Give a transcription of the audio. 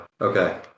okay